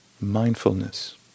mindfulness